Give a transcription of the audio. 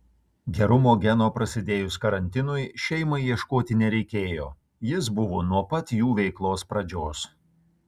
gerumo geno prasidėjus karantinui šeimai ieškoti nereikėjo jis buvo nuo pat jų veiklos pradžios